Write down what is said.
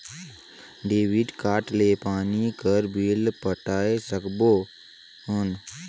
Debit card ले पानी कर बिल पटाय सकबो कौन?